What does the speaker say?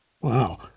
wow